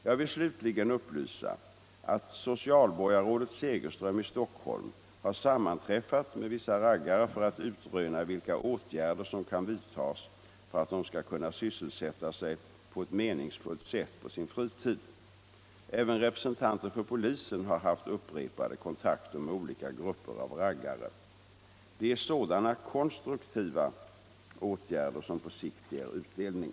Jag vill slutligen upplysa att socialborgarrådet Segerström i Stockholm har sammanträffat med vissa raggare för att utröna vilka åtgärder som kan vidtas för att de skall kunna sysselsätta sig på ett meningsfullt sätt på sin fritid. Även representanter för polisen har haft upprepade kontakter med olika grupper av raggare. Det är sådana konstruktiva åtgärder som på sikt ger utdelning.